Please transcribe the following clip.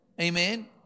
Amen